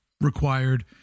required